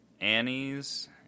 Annies